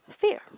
fear